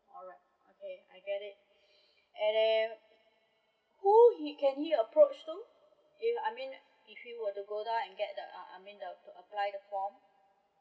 alright okay I get it and who he can he approach to if I mean if he were to go down and get the I mean the apply the form